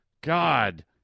God